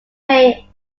may